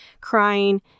crying